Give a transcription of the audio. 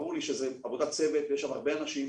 ברור לי שזה עבודת צוות ויש שם הרבה אנשים